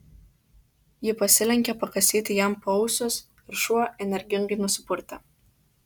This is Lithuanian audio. ji pasilenkė pakasyti jam paausius ir šuo energingai nusipurtė